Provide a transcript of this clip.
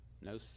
No